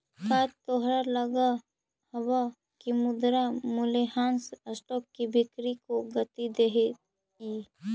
का तोहरा लगअ हवअ की मुद्रा मूल्यह्रास स्टॉक की बिक्री को गती देतई